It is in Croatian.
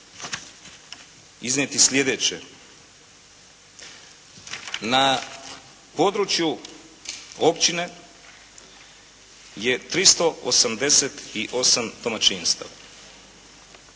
iznijeti sljedeće. Na području općine je 388 domaćinstava.